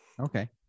Okay